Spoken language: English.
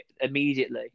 immediately